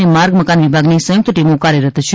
અને માર્ગ મકાન વિભાગની સંયુક્ત ટીમો કાર્યરત છે